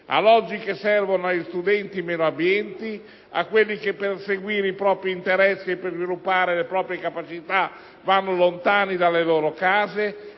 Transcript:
alloggi che servono agli studenti meno abbienti, a quelli che per seguire i propri interessi e per sviluppare le proprie capacitavanno lontano dalle loro case,